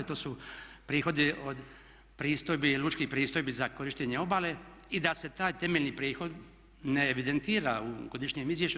To su prihodi od pristojbi i lučkih pristojbi za korištenje obale i da se taj temeljni prihod ne evidentira u godišnjem izvješću.